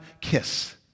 kiss